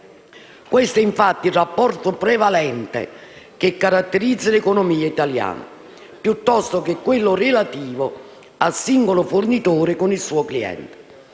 Questo è infatti il rapporto prevalente che caratterizza l'economia italiana, piuttosto che quello relativo al singolo fornitore con il suo cliente.